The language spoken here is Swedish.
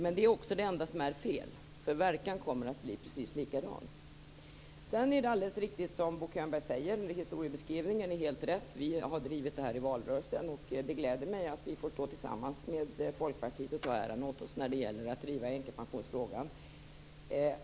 Men det är också det enda som är fel, därför att verkan kommer att bli precis likadan. Det som Bo Könberg säger är riktigt - hans historieskrivning är riktig. Vi har drivit det här i valrörelsen, och det gläder mig att vi får stå tillsammans med Folkpartiet och ta åt oss äran när det gäller att driva änkepensionsfrågan.